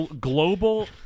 Global